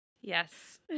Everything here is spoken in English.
Yes